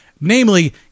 namely